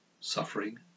suffering